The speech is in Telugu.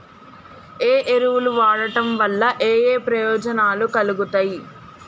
ఏ ఎరువులు వాడటం వల్ల ఏయే ప్రయోజనాలు కలుగుతయి?